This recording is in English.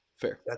Fair